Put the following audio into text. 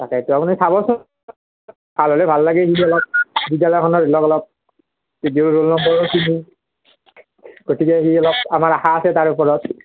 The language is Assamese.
তাকেতো আপুনি চাবচোন ভাল হ'লে ভাল লাগে কিন্তু অলপ বিদ্যালয়খনত ধৰি লওক অলপ ৰোলনম্বৰখিনি গতিকে সি অলপ আমাৰ আশা আছে তাৰ ওপৰত